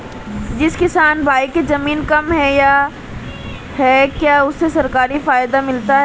जिस किसान भाई के ज़मीन कम है क्या उसे सरकारी फायदा मिलता है?